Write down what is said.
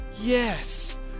yes